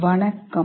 வணக்கம்